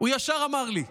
הוא ישר אמר לי: